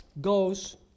goes